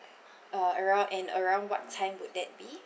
uh around and around what time would that be